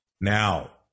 Now